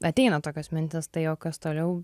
ateina tokios mintys tai o kas toliau